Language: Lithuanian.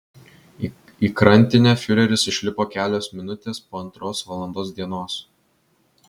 į krantinę fiureris išlipo kelios minutės po antros valandos dienos